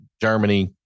Germany